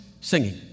singing